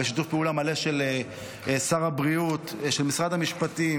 בשיתוף פעולה מלא של שר הבריאות, של משרד המשפטים.